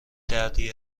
دردی